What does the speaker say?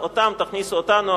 תכניסו אותנו,